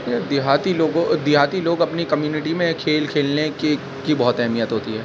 یہ دیہاتی لوگو دیہاتی لوگ اپنی کمیونیٹی میں کھیل کھیلنے کی کی بہت اہمیت ہوتی ہے